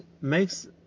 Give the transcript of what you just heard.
makes